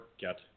get